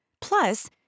Plus